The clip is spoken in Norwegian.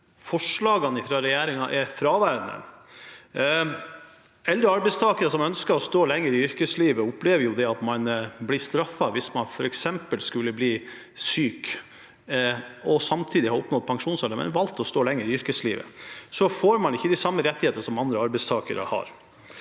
for- slagene fra regjeringen er fraværende. Eldre arbeidstakere som ønsker å stå lenger i yrkeslivet, opplever at de blir straffet. Hvis man f.eks. skulle bli syk og samtidig ha oppnådd pensjonsalder, men valgte å stå lenger i yrkeslivet, får man ikke de samme rettigheter som andre arbeidstakere har.